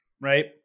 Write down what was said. Right